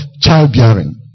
childbearing